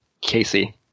Casey